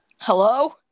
Hello